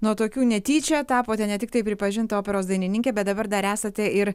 nuo tokių netyčia tapote ne tiktai pripažinta operos dainininke bet dabar dar esate ir